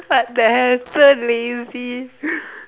but the helper lazy